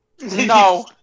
No